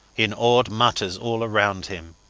in awed mutters all round him